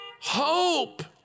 Hope